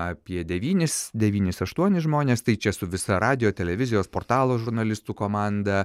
apie devynis devynis aštuonis žmonės tai čia su visa radijo televizijos portalo žurnalistų komanda